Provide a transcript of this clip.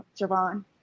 javon